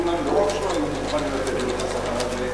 כולם לא רק שלא היו מוכנים לתת לו את השכר הזה,